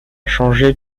changé